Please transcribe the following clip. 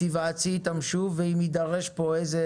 את תיוועצי אתם שוב ואם יידרש פה איזה